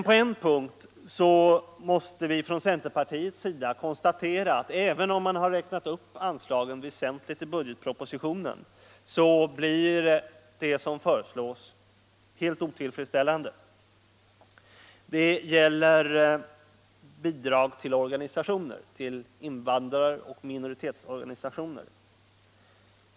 På en punkt måste vi trots detta från centerpartiets sida konstatera att regeringens förslag är helt otillfredsställande. Det gäller posten Bidrag till invandrar och minoritetsorganisationer.